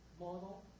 model